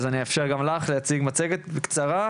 אז אני אאפשר גם לך להציג מצגת קצרה.